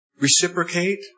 reciprocate